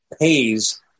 pays